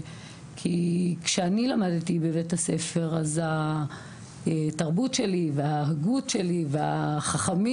כי כשאני למדתי בבית הספר אז התרבות שלי וההגות שלי והחכמים